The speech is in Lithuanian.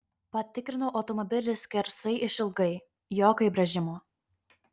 patikrinau automobilį skersai išilgai jokio įbrėžimo